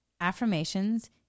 affirmations